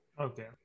Okay